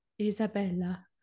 Isabella